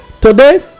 today